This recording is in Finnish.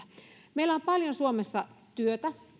meillä on paljon suomessa työtä